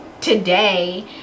today